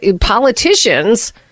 politicians